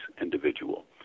individual